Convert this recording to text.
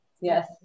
Yes